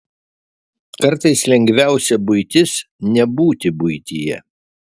kartais lengviausia buitis nebūti buityje